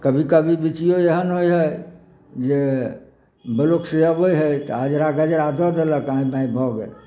कभी कभी बिचियो एहन होइ है जे ब्लॉक से अबै है तऽ अजरा गजरा दऽ देलक आईं बाईं भए गेल